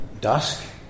dusk